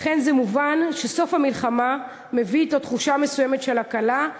ולכן זה מובן שסוף המלחמה מביא אתו תחושה מסוימת של הקלה.